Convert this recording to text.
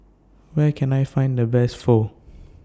Where Can I Find The Best Pho